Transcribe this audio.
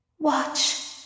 Watch